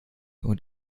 und